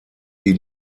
die